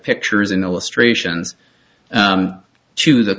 pictures in illustrations to the